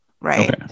right